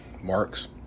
Mark's